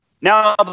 Now